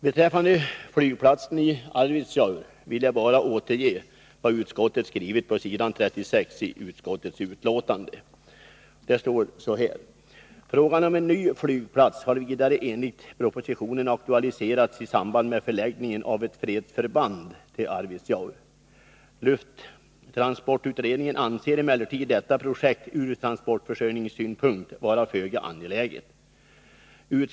Beträffande flygplatsen i Arvidsjaur vill jag återge vad utskottet har skrivit på s. 36 i sitt betänkande. Det lyder på följande sätt: ”Frågan om en ny flygplats har vidare enligt propositionen aktualiserats i samband med förläggningen av ett fredsförband till Arvidsjaur. Lufttransportutredningen anser emellertid detta projekt ur transportförsörjningssynpunkt vara föga angeläget.